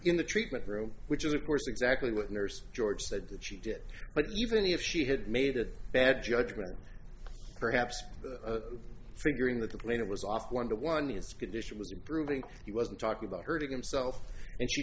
in the treatment room which is of course exactly what nurse george said that she did but even if she had made a bad judgement perhaps figuring that the plane it was off one to one its condition was improving he wasn't talking about hurting himself and she